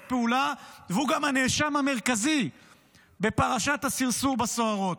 פעולה והוא גם הנאשם המרכזי בפרשת הסרסור בסוהרות?